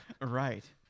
Right